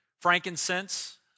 Frankincense